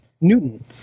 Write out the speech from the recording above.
Newton